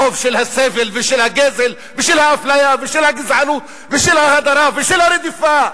החוב של הסבל ושל הגזל ושל האפליה ושל הגזענות ושל ההדרה ושל הרדיפה.